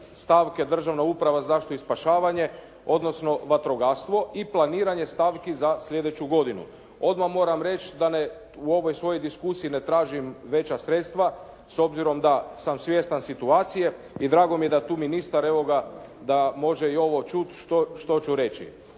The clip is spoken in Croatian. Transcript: stavke Državna uprava za zaštitu i spašavanje, odnosno vatrogastvo i planiranje stavki za sljedeću godinu. Odmah moram reći da u ovoj svojoj diskusiji ne tražim veća sredstva s obzirom da sam svjestan situacije i drago mi je da je tu ministar evo ga da može i ovo čuti što ću reći.